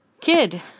kid